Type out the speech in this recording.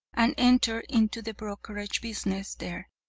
and entered into the brokerage business there.